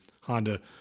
Honda